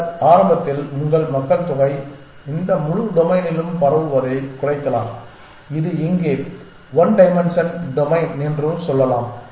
பின்னர் ஆரம்பத்தில் உங்கள் மக்கள் தொகை இந்த முழு டொமைனிலும் பரவுவதைக் குறைக்கலாம் இது இங்கே ஒன் டைமென்ஷனல் டொமைன் என்று சொல்லலாம்